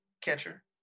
catcher